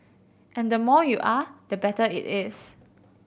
and the more you are the better it is